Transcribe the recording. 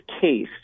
case